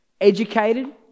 educated